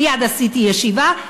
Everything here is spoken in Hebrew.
מייד קיימתי ישיבה,